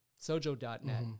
Sojo.net